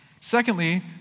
Secondly